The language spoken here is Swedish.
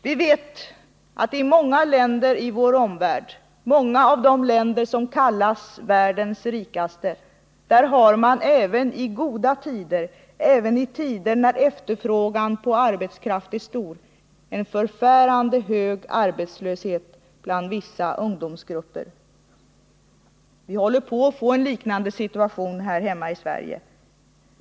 Vi vet att man i många av de länder i vår omvärld som kallas världens rikaste även i goda tider, när efterfrågan på arbetskraft är stor, har en förfärande hög arbetslöshet bland vissa ungdomsgrupper. Vi håller på att få en liknande situation här i Sverige.